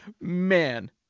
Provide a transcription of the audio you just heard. man